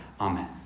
Amen